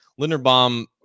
Linderbaum